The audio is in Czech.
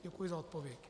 Děkuji za odpověď.